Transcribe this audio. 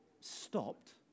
stopped